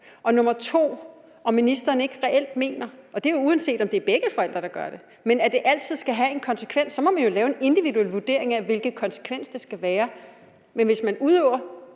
og 2) om ministeren reelt ikke mener, at det – og det er jo, uanset om det er begge forældre, der gør det – altid skal have en konsekvens, og så må vi jo lave en individuel vurdering af, hvilken konsekvens det skal være. Men hvis man udøver